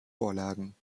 vorlagen